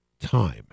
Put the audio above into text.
time